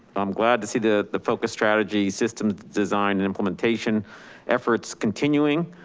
i'm glad to see the the focus strategy system design and implementation efforts continuing.